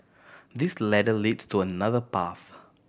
this ladder leads to another path